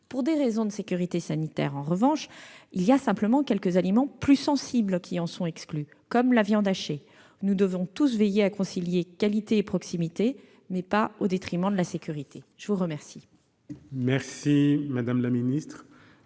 Pour des raisons de sécurité sanitaire, il y a simplement quelques aliments plus sensibles qui en sont exclus, telle la viande hachée. Nous devons tous veiller à concilier qualité et proximité, mais pas au détriment de la sécurité. La parole est à M. Bernard Fournier,